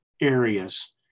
areas